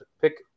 pick